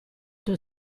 tuo